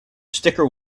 sticker